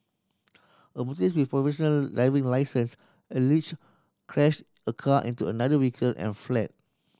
a motorist with a provisional driving licence allegedly crashed a car into another vehicle and fled